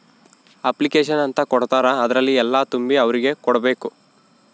application ಅಂತ ಕೊಡ್ತಾರ ಅದ್ರಲ್ಲಿ ಎಲ್ಲ ತುಂಬಿ ಅವ್ರಿಗೆ ಕೊಡ್ಬೇಕು